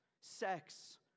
sex